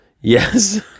Yes